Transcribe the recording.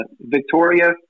Victoria